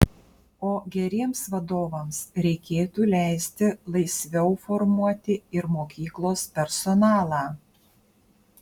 o geriems vadovams reikėtų leisti laisviau formuoti ir mokyklos personalą